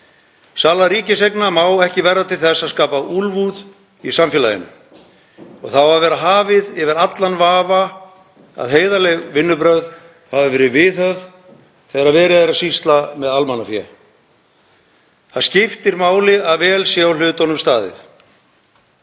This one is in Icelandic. Sala ríkiseigna má ekki verða til þess að skapa úlfúð í samfélaginu. Það á að vera hafið yfir allan vafa að heiðarleg vinnubrögð hafi verið viðhöfð þegar verið er að sýsla með almannafé. Það skiptir máli að vel sé að hlutunum staðið.